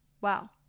Wow